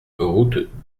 route